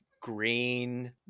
green